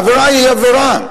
העבירה היא עבירה,